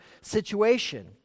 situation